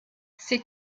ses